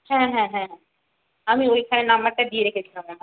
হ্যাঁ হ্যাঁ হ্যাঁ আমি ওইখানে নম্বরটা দিয়ে রেখেছিলাম আমার